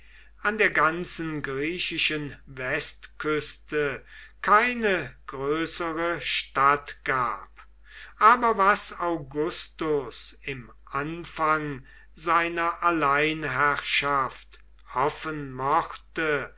an der ganzen griechischen westküste keine größere stadt gab aber was augustus im anfang seiner alleinherrschaft hoffen mochte